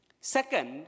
Second